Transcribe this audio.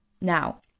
Now